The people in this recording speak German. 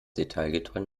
detailgetreu